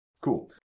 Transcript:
Cool